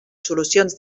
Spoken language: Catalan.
solucions